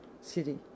city